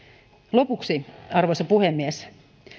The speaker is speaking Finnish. lopuksi arvoisa puhemies